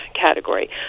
category